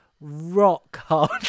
rock-hard